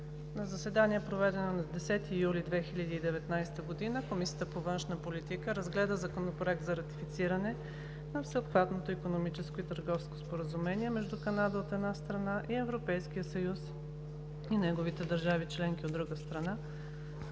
заседание, проведено на 10 юли 2019 г., Комисията по правни въпроси обсъди Законопроект за ратифициране на Всеобхватното икономическо и търговско споразумение между Канада, от една страна, и Европейския съюз и неговите държави членки, от друга страна,